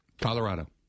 Colorado